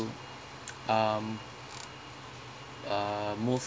um uh move